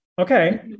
Okay